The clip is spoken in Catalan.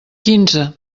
quinze